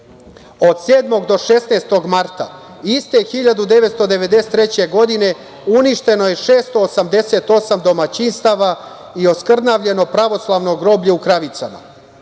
7. do 16. marta iste 1993. godine, uništeno je 688 domaćinstava i oskrnavljeno pravoslavno groblje u Kravicama.